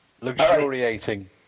Luxuriating